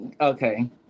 okay